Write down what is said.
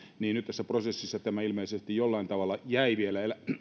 niin nyt tässä prosessissa ilmeisesti tämä harkinnallisuus jollain tavalla jäi vielä